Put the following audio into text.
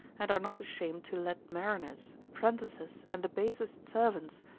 and are not ashamed to let mariners, apprentices, and the basest servants,